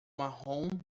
marrom